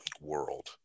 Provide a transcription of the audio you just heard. world